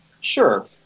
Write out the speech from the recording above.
sure